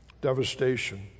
Devastation